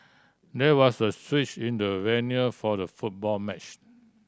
there was a switch in the venue for the football match